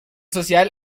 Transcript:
social